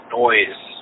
noise